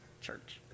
church